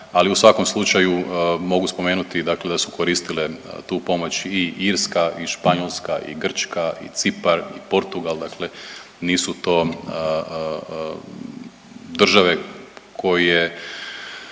ali u svakom slučaju mogu spomenuti dakle da su koristile tu pomoć i Irska i Španjolska i Grčka i Cipar i Portugal, dakle nisu to države koje,